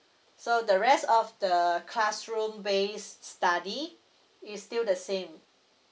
so the rest of the classroom base study it's still the same